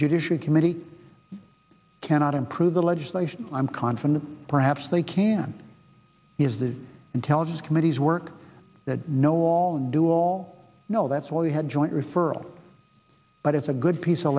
judicial committee cannot improve the legislation i'm confident perhaps they can is the intelligence committee's work that know all do all know that's all we had joint referral but it's a good piece of